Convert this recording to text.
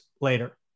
later